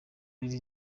lil